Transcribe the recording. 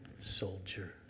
soldier